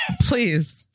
Please